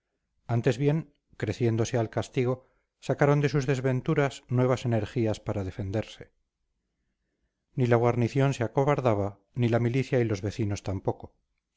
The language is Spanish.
antes bien creciéndose al castigo sacaron de sus desventuras nuevas energías para defenderse ni la guarnición se acobardaba ni la milicia y los vecinos tampoco